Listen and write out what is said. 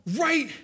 right